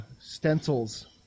stencils